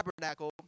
tabernacle